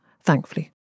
thankfully